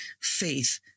faith